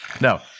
No